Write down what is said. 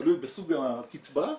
תלוי בסוג הקצבה,